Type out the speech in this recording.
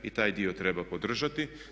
I taj dio treba podržati.